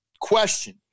question